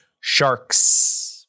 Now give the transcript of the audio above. sharks